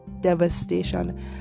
devastation